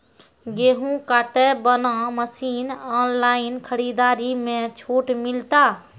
गेहूँ काटे बना मसीन ऑनलाइन खरीदारी मे छूट मिलता?